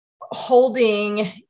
holding